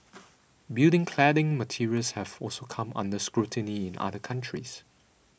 building cladding materials have also come under scrutiny in other countries